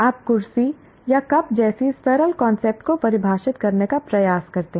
आप कुर्सी या कप जैसी सरल कांसेप्ट को परिभाषित करने का प्रयास करते हैं